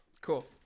Cool